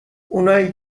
اونایی